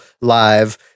live